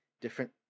different